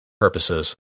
purposes